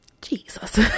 Jesus